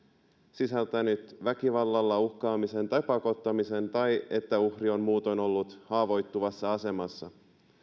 sisältänyt väkivallalla uhkaamisen tai pakottamisen tai että uhri on muutoin ollut haavoittuvassa asemassa